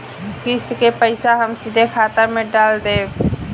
किस्त के पईसा हम सीधे खाता में डाल देम?